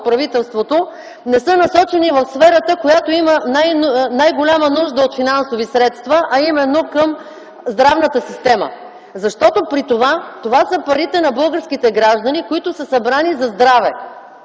правителството, не са насочени в сферата, която има най-голяма нужда от финансови средства, а именно към здравната система. Защото това са парите на българските граждани, които са събрани за здраве.